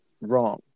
wrong